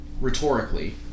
rhetorically